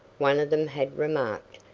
one of them had remarked,